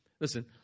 Listen